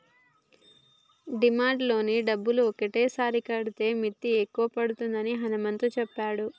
demand loan డబ్బులు ఒకటేసారి కడితే మిత్తి ఎక్కువ పడుతుందని హనుమంతు చెప్పిండు